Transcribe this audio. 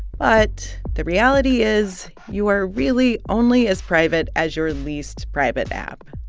but the reality is you are really only as private as your least-private app.